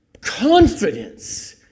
confidence